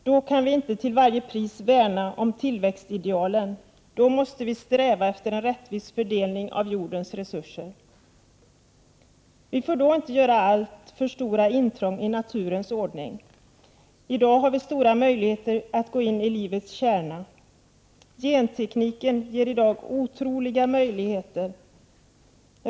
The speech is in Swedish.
Då kan vi inte till varje pris värna om tillväxtidealen, utan då måste vi sträva efter en rättvis fördelning av jordens resurser. Vi får inte göra alltför stora intrång i naturens ordning. I dag har vi stora möjligheter att gå in i livets kärna. Gentekniken ger otroliga möjligheter.